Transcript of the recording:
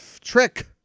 trick